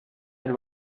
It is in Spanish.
del